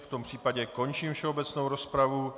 V tom případě končím všeobecnou rozpravu.